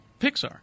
Pixar